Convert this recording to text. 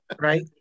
right